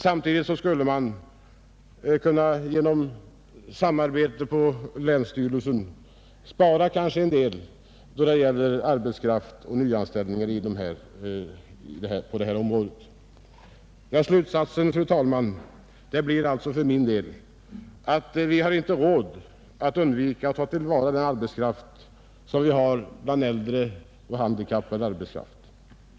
För det andra skulle man genom samarbete på länsstyrelserna kanske kunna spara in en del personal som annars måste nyanställas för denna verksamhet. Slutsatsen, fru talman, blir alltså för min del att vi inte har råd att låta bli att ta till vara den arbetskraftsreserv som finns bland äldre och handikappade.